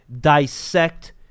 dissect